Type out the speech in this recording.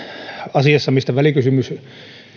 asiassa mitä välikysymys